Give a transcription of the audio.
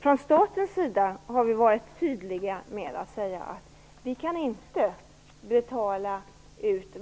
Från statens sida har vi varit tydliga med att säga att vi inte